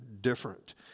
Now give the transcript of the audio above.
different